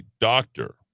doctor